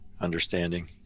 understanding